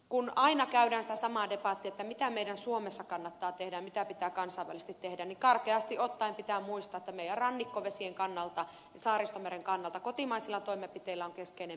kun aina käydään sitä samaa debattia että mitä meidän suomessa kannattaa tehdä ja mitä pitää kansainvälisesti tehdä niin karkeasti ottaen pitää muistaa että meidän rannikkovesiemme ja saaristomeren kannalta kotimaisilla toimenpiteillä on keskeinen merkitys